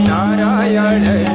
Narayana